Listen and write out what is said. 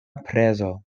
prezo